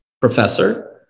professor